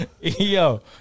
Yo